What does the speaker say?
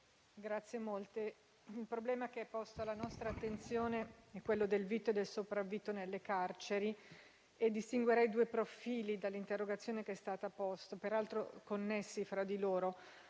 Presidente, il problema che è posto alla nostra attenzione è quello del vitto e del sopravvitto nelle carceri. Distinguerei due profili dell'interrogazione che è stata presentata, peraltro connessi fra di loro: